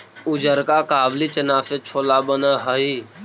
उजरका काबली चना से छोला बन हई